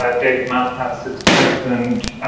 ah david malpass, its president,